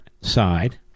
side